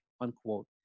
unquote